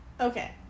okay